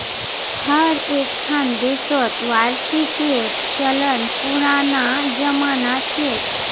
हर एक्खन देशत वार्षिकीर चलन पुनना जमाना छेक